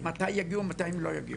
מתי הם יגיעו, מתי הם לא יגיעו.